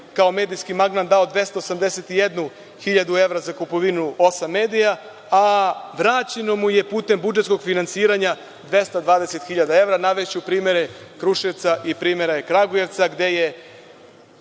kao medijski magnat dao 281.000 evra za kupovinu osam medija, a vraćeno mu je putem budžetskog finansiranja 220.000 evra. Navešću primere Kruševca i Kragujevca gde je